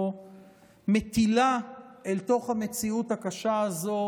או מטילה אל תוך המציאות הקשה הזו,